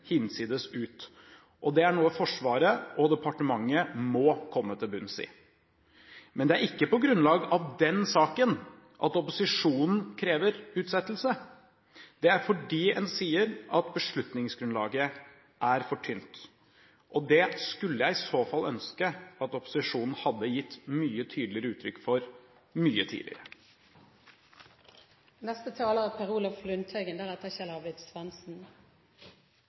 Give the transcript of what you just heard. hinsides ut. Det er noe Forsvaret og departementet må komme til bunns i. Men det er ikke på grunnlag av den saken at opposisjonen krever utsettelse, det er fordi en sier at beslutningsgrunnlaget er for tynt. Det skulle jeg i så fall ønske at opposisjonen hadde gitt mye tydeligere uttrykk for mye tidligere. Det politiske oppdraget til forsvarssjefen etter terrorangrepet 22. juli 2011 innebar en helhetlig gjennomgang av spesialstyrkenes organisering. Denne omorganiseringen er